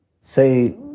Say